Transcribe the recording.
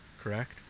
correct